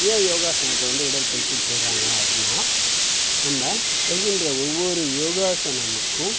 ஏன் யோகாசனத்தை வந்து உடற்பயிற்சினு சொல்கிறாங்க அப்படினா நம்ம செய்ய வேண்டிய ஒவ்வொரு யோகாசனமுக்கும்